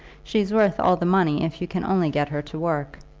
she's worth all the money if you can only get her to work.